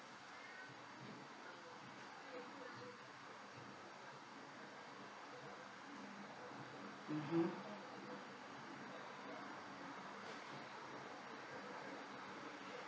mmhmm